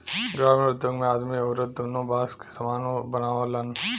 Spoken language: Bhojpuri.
ग्रामिण उद्योग मे आदमी अउरत दुन्नो बास के सामान बनावलन